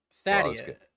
Thaddeus